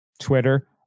Twitter